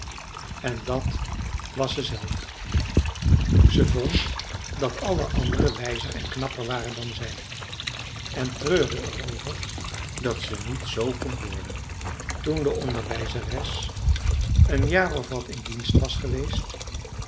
en dat was ze zelf ze vond dat alle anderen wijzer en knapper waren dan zij en treurde er over dat ze niet zoo kon worden toen de onderwijzeres een jaar of wat in dienst was geweest